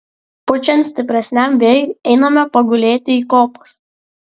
pučiant stipresniam vėjui einame pagulėti į kopas